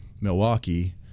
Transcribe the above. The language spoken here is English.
Milwaukee